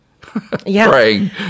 praying